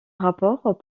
rapport